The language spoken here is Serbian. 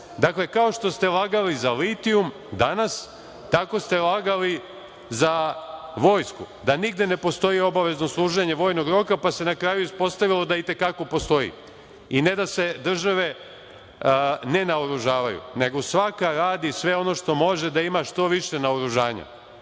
vojske. Dakle, kao što ste lagali za litijum danas, tako ste lagali za vojsku da nigde ne postoji obavezno služenje vojnog roka, pa se na kraju ispostavilo da i te kako postoji. I ne da se države ne naoružavaju, nego svaka radi sve ono što može da ima što više naoružanja,